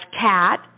Cat